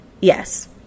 yes